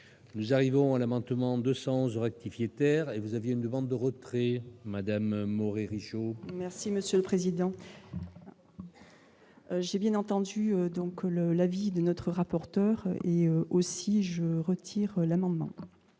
nous arrivons à l'amendement 200 rectifier et vous aviez une demande de retrait Madame Maury riche. Merci monsieur le président. J'ai bien entendu donc le la vie de notre rapporteur et aussi je retire l'amendement.